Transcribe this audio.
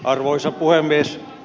arvoisa puhemies